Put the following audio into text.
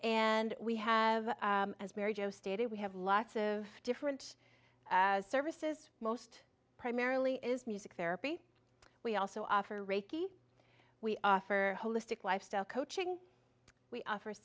and we have as mary jo stated we have lots of different services most primarily is music therapy we also offer reiki we offer holistic lifestyle coaching we offer